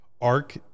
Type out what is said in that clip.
Arc